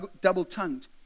double-tongued